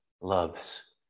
loves